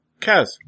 Kaz